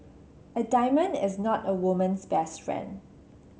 a diamond is not a woman's best friend